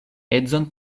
edzon